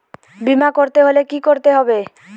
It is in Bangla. বিমা করতে হলে কি করতে হবে?